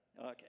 Okay